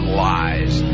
lies